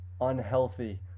unhealthy